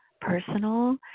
personal